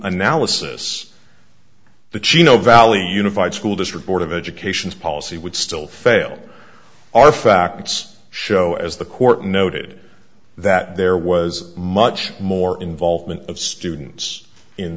analysis the chino valley unified school district board of education policy would still fail our facts show as the court noted that there was much more involvement of students in